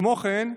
כמו כן,